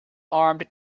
armed